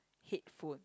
headphone